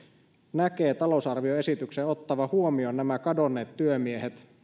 näkee talousarvioesityksen ottavan huomioon nämä kadonneet työmiehet